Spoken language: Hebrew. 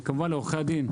וכמובן, לעורכי הדין,